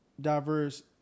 diverse